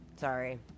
Sorry